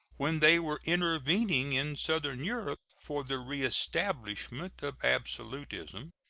when they were intervening in southern europe for the reestablishment of absolutism,